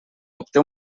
obté